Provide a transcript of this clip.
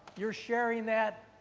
you are sharing that,